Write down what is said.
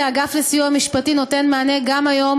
כי האגף לסיוע משפטי נותן מענה גם היום